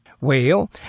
Well